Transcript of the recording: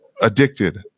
addicted